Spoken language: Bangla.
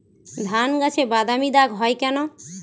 ধানগাছে বাদামী দাগ হয় কেন?